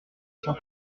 cent